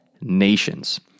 nations